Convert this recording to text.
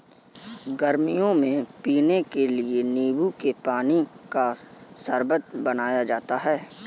गर्मियों में पीने के लिए नींबू के पानी का शरबत बनाया जाता है